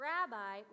Rabbi